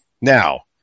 Now